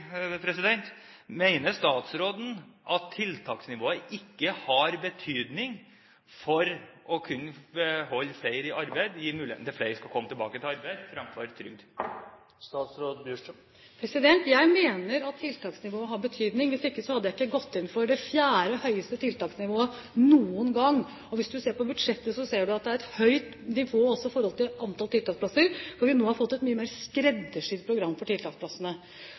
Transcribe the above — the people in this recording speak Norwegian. statsråden at tiltaksnivået ikke har betydning for å kunne holde flere i arbeid og gi mulighet for at flere skal komme tilbake i arbeid, fremfor å gå på trygd? Jeg mener at tiltaksnivået har betydning. Hvis ikke hadde jeg ikke gått inn for det fjerde høyeste tiltaksnivået noen gang. Og hvis du ser på budsjettet, ser du at det er et høyt nivå også i forhold til antall tiltaksplasser, når vi nå har fått et mye mer skreddersydd program for tiltaksplassene.